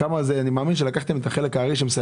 מאמין שלקחתם את החלק הארי.